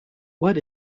what